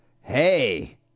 hey